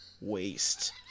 waste